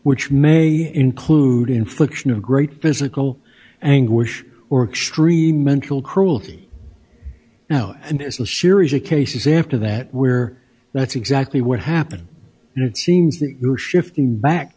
which may include infliction of great physical anguish or extreme mental cruelty now and there's a series of cases after that we're that's exactly what happened and it seems that you're shifting back